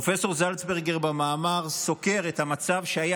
פרופ' זלצברגר סוקר במאמר את המצב שהיה